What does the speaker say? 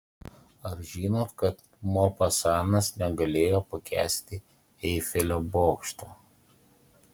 ar žinot kad mopasanas negalėjo pakęsti eifelio bokšto